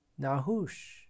nahush